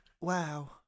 Wow